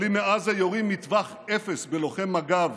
מחבלים מעזה יורים מטווח אפס בלוחם מג"ב